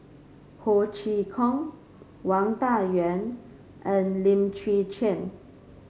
Ho Chee Kong Wang Dayuan and Lim Chwee Chian